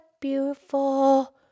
beautiful